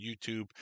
YouTube